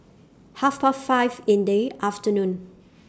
Half Past five in The afternoon